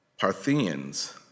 Parthians